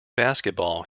basketball